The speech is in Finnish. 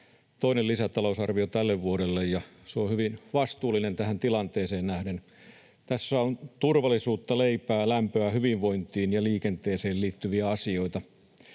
toinen lisäta-lousarvio tälle vuodelle, ja se on hyvin vastuullinen tähän tilanteeseen nähden. Tässä on turvallisuutta, leipää, lämpöä, hyvinvointiin ja liikenteeseen liittyviä asioita.